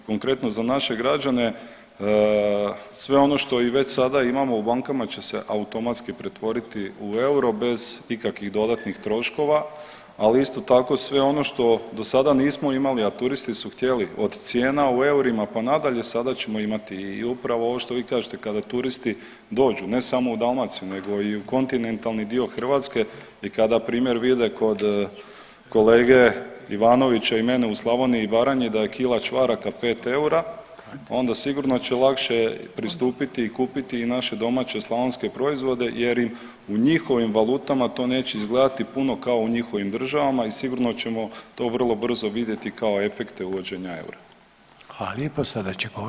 Konkretno za naše građane sve ono što i već sada imamo u bankama će se automatski pretvoriti u euro bez ikakvih dodatnih troškova, ali isto tako sve ono što do sada nismo imali, a turisti su htjeli od cijena u eurima, pa nadalje sada ćemo imati i upravo ovo što vi kažete kada turisti dođu ne samo u Dalmaciju nego i u kontinentalni dio Hrvatske i kada primjer vide kod kolege Ivanovića i mene u Slavoniji i Baranji da je kila čvaraka 5 eura onda sigurno će lakše pristupiti i kupiti i naše domaće slavonske proizvode jer im u njihovim valutama to neće izgledati puno kao u njihovim državama i sigurno ćemo to vrlo brzo vidjeti kao efekte uvođenja eura.